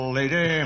lady